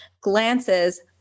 glances